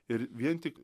ir vien tik